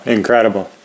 Incredible